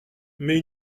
mais